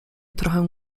trochę